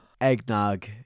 Eggnog